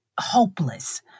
hopeless